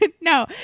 No